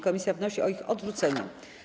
Komisja wnosi o ich odrzucenie.